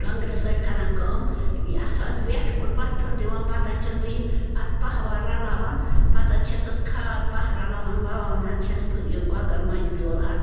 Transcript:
ٹۄنٛگرِ سۭتۍ کَران کٲم یہِ اَتھ حظ وٮ۪ٹھ پھیُر پٮ۪ٹھ پھیُر دِوان پتہٕ حظ چھَس بہٕ یہِ اَتھ پَہہ وَہہ رَلاوان پتہٕ حظ چھَسَس کھاد پَہہ رَلاوان وَوان حظ چھَس بہٕ یہِ گۄگل منجہٕ بیول اَتھ